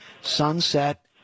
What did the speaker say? sunset